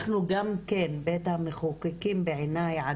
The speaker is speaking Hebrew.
אנחנו גם, בבית המחוקקים, לא